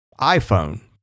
iPhone